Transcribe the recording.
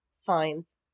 Signs